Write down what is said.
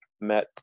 met